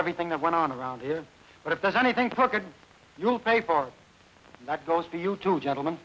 everything that went on around here but if there's anything crooked you'll pay for that goes to you two gentlem